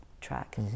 track